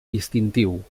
distintiu